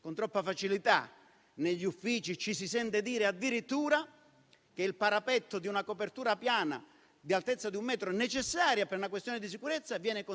Con troppa facilità negli uffici ci si sente dire addirittura che il parapetto di una copertura piana di altezza di un metro, necessaria per una questione di sicurezza, viene